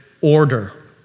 order